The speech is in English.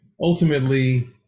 ultimately